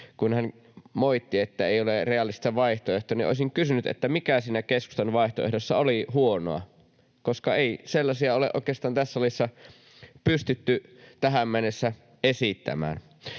kun hän moitti, että ei ole realistista vaihtoehtoa, niin mikä siinä keskustan vaihtoehdossa oli huonoa, koska ei sellaisia ole oikeastaan pystytty tässä salissa tähän mennessä esittämään.